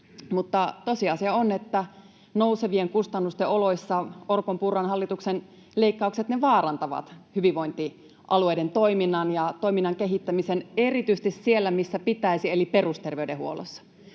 Mutta tosiasia on, että nousevien kustannusten oloissa Orpon—Purran hallituksen leikkaukset vaarantavat hyvinvointialueiden toiminnan ja toiminnan kehittämisen, erityisesti siellä, missä pitäisi kehittää, eli perusterveydenhuollossa.